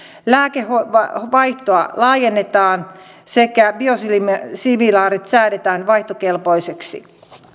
lääkevaihtoa laajennetaan sekä biosimilaarit biosimilaarit säädetään vaihtokelpoisiksi